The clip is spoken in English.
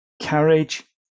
carriage